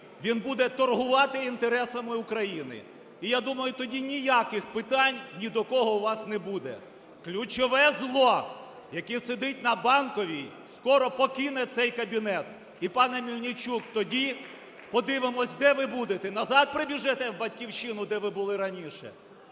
він буде торгувати інтересами України? І я думаю, тоді ніяких питань ні до кого у вас не буде. Ключове зло, яке сидить на Банковій, скоро покине цей кабінет. І, пане Мельничук, тоді подивимося, де ви будете: назад прибіжите в "Батьківщину", де ви були раніше,